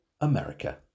America